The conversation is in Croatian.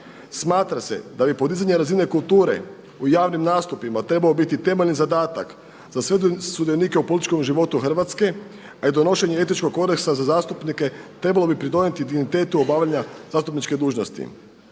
Smatra se da bi podizanje razine kulture u javnim nastupima trebao biti temeljni zadatak za sve sudionike u političkom životu Hrvatske, a i donošenje etičkog kodeksa za zastupnike trebalo bi pridonijeti dignitetu obavljanja zastupničke dužnosti.